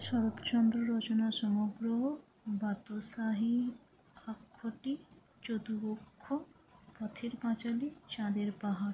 শরৎচন্দ্র রচনা সমগ্র বাদসাহী আংটি চতুরঙ্গ পথের পাঁচালী চাঁদের পাহাড়